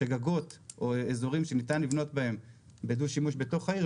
גגות או אזורים שניתן לבנות בהם בדו שימוש בעיר,